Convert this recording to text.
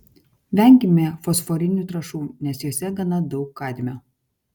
venkime fosforinių trąšų nes jose gana daug kadmio